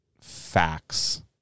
facts